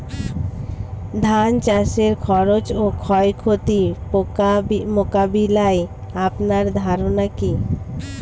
ধান চাষের খরচ ও ক্ষয়ক্ষতি মোকাবিলায় আপনার ধারণা কী?